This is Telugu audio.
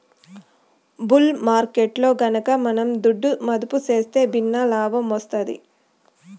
బుల్ మార్కెట్టులో గనక మనం దుడ్డు మదుపు సేస్తే భిన్నే లాబ్మొస్తాది